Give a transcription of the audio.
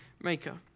maker